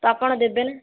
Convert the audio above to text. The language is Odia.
ତ ଆପଣ ଦେବେନା